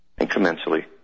Incrementally